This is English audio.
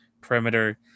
perimeter